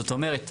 זאת אומרת,